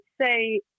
say